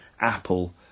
Apple